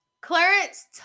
Clarence